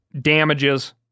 damages